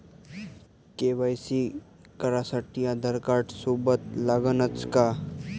KYC करासाठी आधारकार्ड सोबत लागनच का?